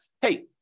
hey